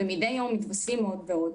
כאשר מדי יום מתווספים עוד ועוד,